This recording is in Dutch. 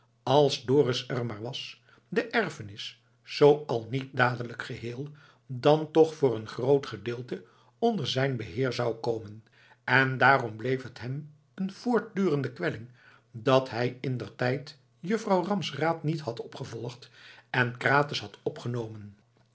als dorus er maar was de erfenis zoo al niet dadelijk geheel dan toch voor een groot gedeelte onder zijn beheer zou komen en daarom bleef het hem een voortdurende kwelling dat hij indertijd juffrouw ram's raad niet had opgevolgd en krates had opgenomen